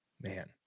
man